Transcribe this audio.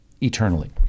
eternally